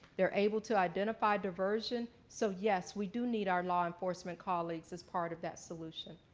they're able to identify diversion, so yes, we do need our law enforcement colleagues as part of that solution.